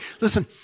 Listen